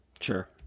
sure